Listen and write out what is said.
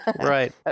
Right